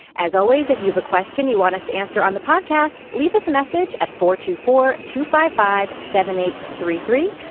as always if you have a question you want us to answer on the podcast. leave us a message at four two four two five five seven eight three three.